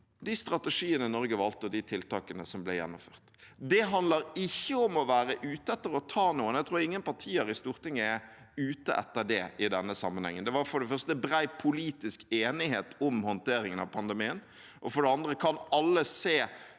de strategiene Norge valgte, og de tiltakene som ble gjennomført. Det handler ikke om å være ute etter å ta noen. Jeg tror ingen partier i Stortinget er ute etter det i denne sammenhengen. Det var for det første bred politisk enighet om håndteringen av pandemien, og for det andre kan alle se